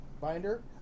binder